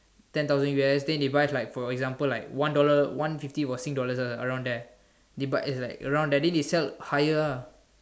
ten thousand U_S then they buy with like for example like one dollar one fifty for sing dollars ah around there they buy is like around then they sell higher ah